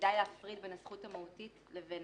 שצריך להפריד בין הזכות המהותית לבין